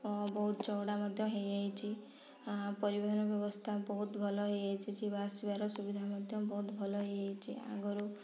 ଓ ବହୁତ ଚଉଡ଼ା ମଧ୍ୟ ହେଇ ଯାଇଛି ଆଃ ପରିବହନ ବ୍ୟବସ୍ଥା ବହୁତ ଭଲ ହେଇ ଯାଇଛି ଯିବା ଆସିବାର ସୁବିଧା ମଧ୍ୟ ବହୁତ ଭଲ ହେଇ ଯାଇଛି ଆଗରୁ